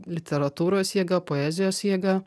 literatūros jėga poezijos jėga